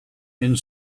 and